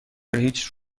هیچ